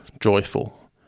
Joyful